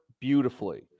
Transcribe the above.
beautifully